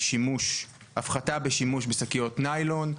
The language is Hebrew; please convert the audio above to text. הפחתה בשימוש בשקיות ניילון.